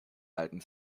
alten